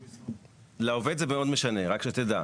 לעובד זה מאוד משנה, רק שתדע.